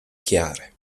chiare